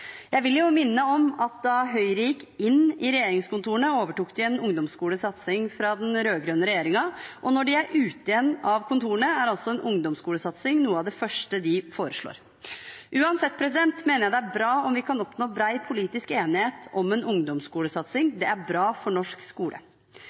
Jeg vil minne om at da Høyre gikk inn i regjeringskontorene, overtok de en ungdomsskolesatsing fra den rød-grønne regjeringen. Når de er ute av kontorene igjen, er altså en ungdomsskolesatsing noe av det første de foreslår. Uansett mener jeg det er bra om vi kan oppnå bred politisk enighet om en ungdomsskolesatsing.